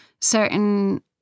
certain